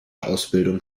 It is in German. ausbildung